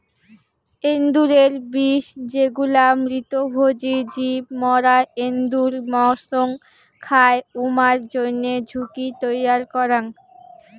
এন্দুরের বিষ যেগুলা মৃতভোজী জীব মরা এন্দুর মসং খায়, উমার জইন্যে ঝুঁকি তৈয়ার করাং